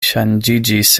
ŝanĝiĝis